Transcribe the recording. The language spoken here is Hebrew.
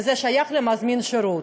וזה שייך למזמין השירות.